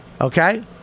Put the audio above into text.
Okay